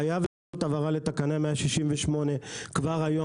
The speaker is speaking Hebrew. חייבת להיות הבהרה לתקנה 168 כבר היום,